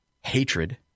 hatred